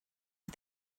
for